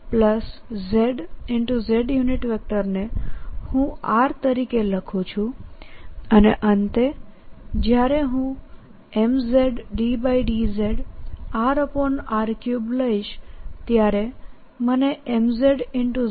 અહીં xxyyzz ને હું r તરીકે લખું છુંઅને અંતેજ્યારેહું mz∂z લઇશ ત્યારે મને mz zr3 3 m